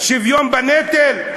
שוויון בנטל?